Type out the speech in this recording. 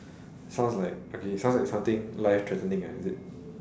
sounds like okay sounds like something life threatening ah is it